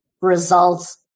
results